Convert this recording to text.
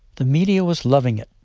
the media was loving it,